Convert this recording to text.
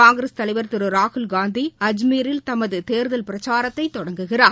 காங்கிரஸ் தலைவர் திரு ராகுல்காந்தி ஆஜ்மீரில் தமது தேர்தல் பிரச்சாரத்தை தொடங்குகிறார்